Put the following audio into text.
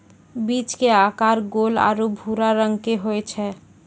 बीज के आकार गोल आरो भूरा रंग के होय छै